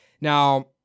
Now